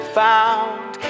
found